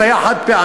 זה היה חד-פעמי,